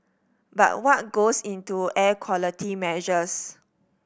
but what goes into air quality measures